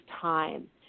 time